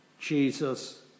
Jesus